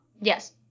Yes